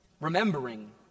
Remembering